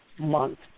month